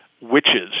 witches